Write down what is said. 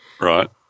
Right